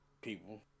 People